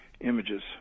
images